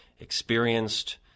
Experienced